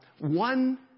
one